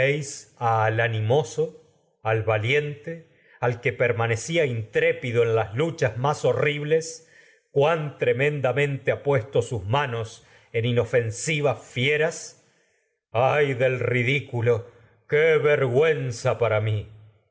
al animoso al valiente al en que perma necía intrépido ha las luchas más horribles cuán tre mendamente puesto sus manos en inofensivas fieras ay del ridículo tecmesa qué vergüenza para mí